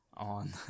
on